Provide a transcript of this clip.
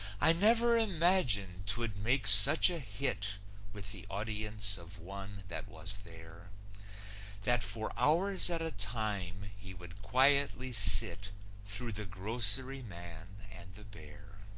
i never imagined twould make such a hit with the audience of one that was there that for hours at a time he would quietly sit through the grocery man and the bear.